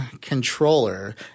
controller